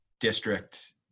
district